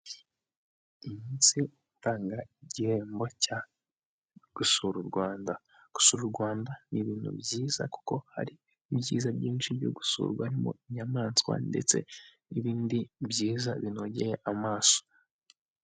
Iminsi yo gutanga igihembo cya gusura u Rwanda. Gusura u Rwanda ni ibintu byiza kuko hari ibyiza byinshi byo gusura harimo inyamaswa ndetse n'ibindi byiza binogeye amaso.